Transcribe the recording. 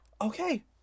Okay